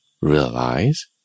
Realize